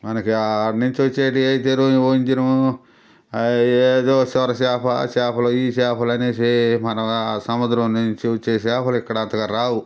మనకి ఆడ్నుంచొచ్చేటివి ఐతేను ఓంజెను ఏదో సొరచేప ఆ చేపలు ఈ చేపలుఅనేసి మనం ఆ సముద్రం నుంచి వచ్చే చేపలు ఇక్కడ అంతగా రావు